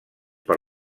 per